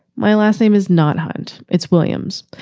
my last name is not hunt. it's williams.